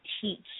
teach